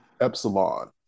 epsilon